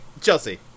Chelsea